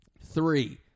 Three